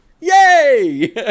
Yay